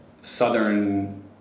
Southern